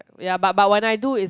ya but but when I do is